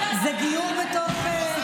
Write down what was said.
זה גיור בתוך,